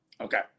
Okay